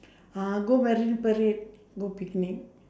uh go marine-parade go picnic